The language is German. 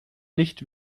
nicht